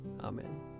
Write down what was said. Amen